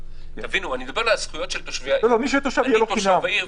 הזכויות של תושבי העיר.